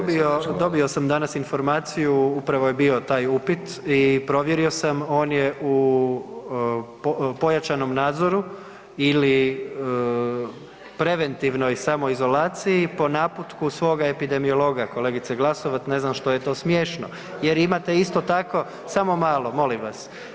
Dobio, dobio sam danas informaciju, upravo je bio taj upit i provjerio sam, on je u pojačanom nadzoru ili preventivnoj samoizolaciji, po naputku svoga epidemiologa, kolegice Glasovac, ne znam što je to smiješno jer imate isto tako, samo malo, molim vas.